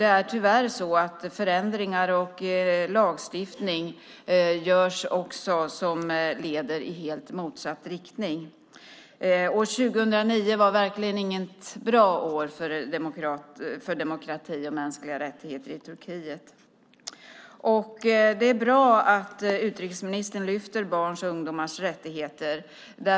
Tyvärr görs också förändringar och lagstiftning som leder i helt motsatt riktning. År 2009 var verkligen inget bra år för demokrati och mänskliga rättigheter i Turkiet. Det är bra att utrikesministern lyfter fram barns och ungdomars rättigheter.